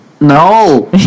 No